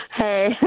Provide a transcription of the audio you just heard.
Hey